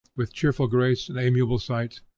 with cheerful grace and amiable sight.